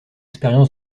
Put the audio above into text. expérience